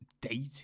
dating